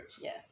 Yes